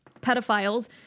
pedophiles